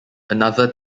another